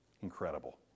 incredible